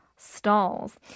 Stalls